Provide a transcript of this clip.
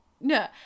no